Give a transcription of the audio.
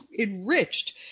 enriched